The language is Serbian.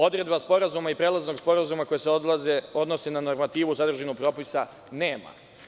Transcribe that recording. Odredbe sporazuma i prelaznog sporazuma koji se odnose na normativu, sadržinu propisa nema.